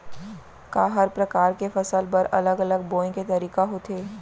का हर प्रकार के फसल बर अलग अलग बोये के तरीका होथे?